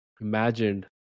imagined